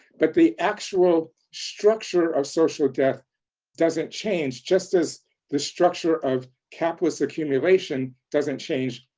but the actual structure of social death doesn't change, just as the structure of capitalist accumulation doesn't change.